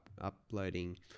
uploading